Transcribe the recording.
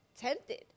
tempted